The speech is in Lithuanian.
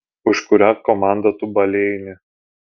už kurią komandą tu balėjini